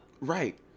Right